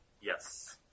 Yes